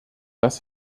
dass